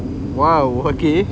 !wow! okay